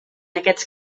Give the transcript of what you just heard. aquests